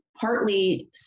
partly